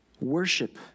worship